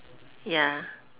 ya